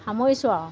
সামৰিছোঁ আৰু